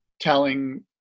telling